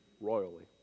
royally